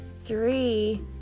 Three